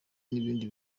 n’ibindi